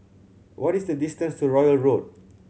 what is the distance to Royal Road